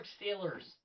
Steelers